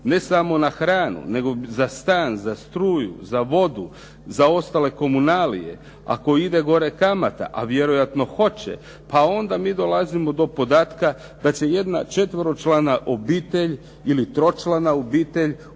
ne samo na hranu, nego za stan, za struju, za vodu, za ostale komunalije, ako ide gore kamata a vjerojatno hoće pa onda mi dolazimo do podatka da će jedna četveročlana obitelj ili tročlana obitelj